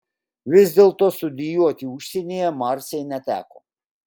vis dėlto studijuoti užsienyje marcei neteko